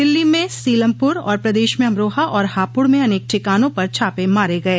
दिल्ली में सीलमपुर और प्रदेश में अमरोहा और हापुड़ में अनेक ठिकानों पर छापे मारे गये